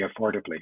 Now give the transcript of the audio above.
affordably